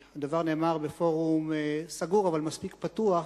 הדבר נאמר בפורום סגור, אבל מספיק פתוח,